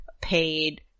paid